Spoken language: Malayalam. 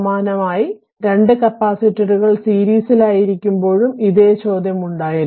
സമാനമായി 2 കപ്പാസിറ്ററുകൾ സീരീസിലായിരിക്കുമ്പോഴും ഇതേ ചോദ്യം ഉണ്ടായിരുന്നു